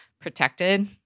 protected